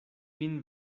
min